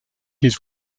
his